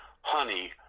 honey